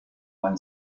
man